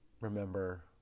remember